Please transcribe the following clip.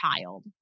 child